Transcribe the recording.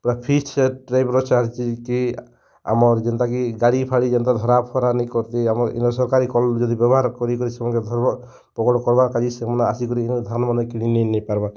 ପୂରା କି ଆମର୍ ଯେନ୍ତା କି ଗାଡ଼ିଫାଡ଼ି ଯେନ୍ତା ଧରାଫରା ନାଇଁ କର୍ସି ଆମର୍ ଇନର୍ ସରକାରୀ ଯଦି ବେବ୍ହାର୍ କରି କରି ସେମାନ୍କେ ଧର୍ପକଡ଼୍ କର୍ବାର୍ କା'ଯେ ସେମାନେ ଆସିକରି ଇନର୍ ଧାନ୍ ମାନେ କିଣିନେଇ ନାଇଁ ପାରବାର୍